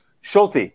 Schulte